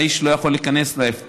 האיש לא יכול להיכנס להפטר,